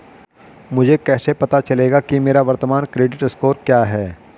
मुझे कैसे पता चलेगा कि मेरा वर्तमान क्रेडिट स्कोर क्या है?